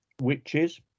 witches